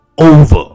over